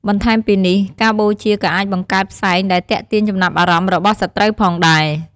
បន្ថែមពីនេះ ការបូជាក៏អាចបង្កើតផ្សែងដែលទាក់ទាញចំណាប់អារម្មណ៍របស់សត្រូវផងដែរ។